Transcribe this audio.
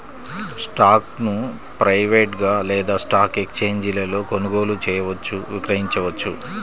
స్టాక్ను ప్రైవేట్గా లేదా స్టాక్ ఎక్స్ఛేంజీలలో కొనుగోలు చేయవచ్చు, విక్రయించవచ్చు